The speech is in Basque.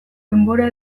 denbora